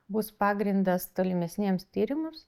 bus pagrindas tolimesniems tyrimus